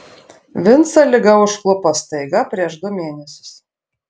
vincą liga užklupo staiga prieš du mėnesius